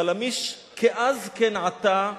"חלמיש", כאז כן עתה,